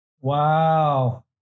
Wow